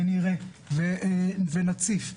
נראה ונציף,